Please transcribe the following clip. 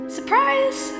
Surprise